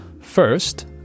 First